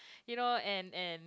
you know and and